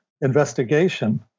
investigation